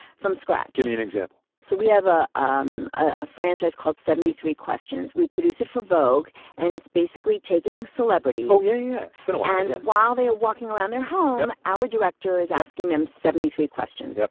from scratch. give me an example so we have a um ah franchise called seventy three questions. we produce it for vogue, and it's basically taking celebrities, yeah yeah but and while they are walking around their home, our director is asking them seventy three questions.